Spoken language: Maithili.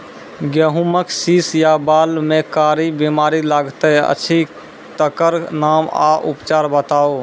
गेहूँमक शीश या बाल म कारी बीमारी लागतै अछि तकर नाम आ उपचार बताउ?